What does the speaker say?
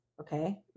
okay